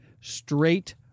straight